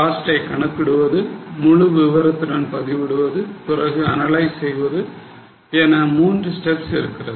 cost ஐ கணக்கிடுவது முழு விவரத்துடன் பதிவிடுவது பிறகு அனலைஸ் செய்வது என 3 ஸ்டெப்ஸ் இருக்கிறது